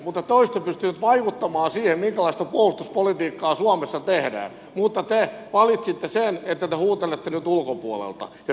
te olisitte pystyneet vaikuttamaan siihen minkälaista puolustuspolitiikkaa suomessa tehdään mutta te valitsitte sen että te huutelette nyt ulkopuolelta ja se on ollut teidän valintanne